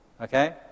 Okay